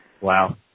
Wow